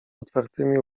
otwartymi